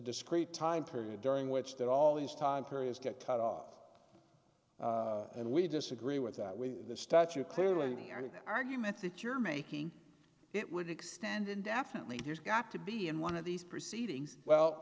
discrete time period during which that all these time periods get cut off and we disagree with that with the statute clearly any argument that you're making it would extend indefinitely if you've got to be in one of these proceedings well